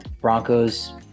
Broncos